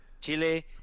Chile